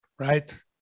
right